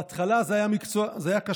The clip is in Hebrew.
בהתחלה זה היה קשה.